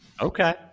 Okay